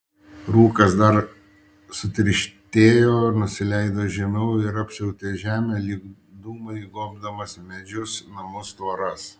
rūkas dar sutirštėjo nusileido žemiau ir apsiautė žemę lyg dūmai gobdamas medžius namus tvoras